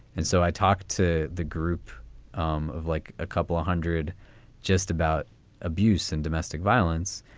and so i talked to the group um of like a couple of hundred just about abuse and domestic violence.